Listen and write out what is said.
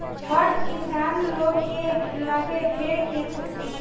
बड़ किसान लोग के लगे ढेर खेत होखेला